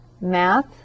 math